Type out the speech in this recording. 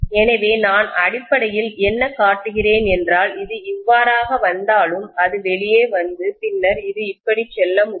எனவே நான் அடிப்படையில் என்ன காட்டுகிறேன் என்றால் இது இவ்வாறாக வந்தாலும் அது வெளியே வந்து பின்னர் இது இப்படி செல்ல முடியும்